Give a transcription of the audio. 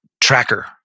tracker